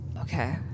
Okay